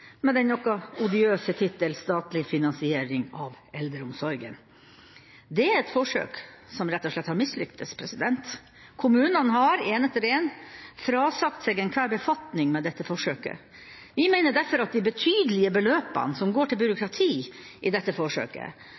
med den noe odiøse tittel «statlig finansiering av eldreomsorgen». Det er et forsøk som rett og slett har mislyktes. Kommunene har – én etter én – frasagt seg enhver befatning med dette forsøket. Vi mener derfor at de betydelige beløpene som går til byråkrati i dette forsøket,